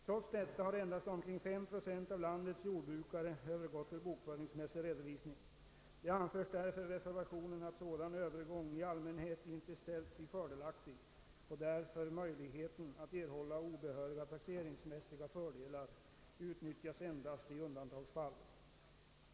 Trots detta har endast omkring 5 procent av landets jordbrukare övergått till bokföringsmässig redovisning. Det anförs därför i reservationen att sådan övergång i allmänhet inte ställt sig fördelaktig och därför möjligheten att erhålla obehöriga taxeringsmässiga fördelar utnyttjats endast i undantagsfall.